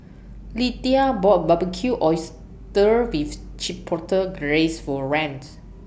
Lidie bought Barbecued Oysters with Chipotle Glaze For Rands